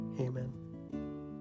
Amen